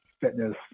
fitness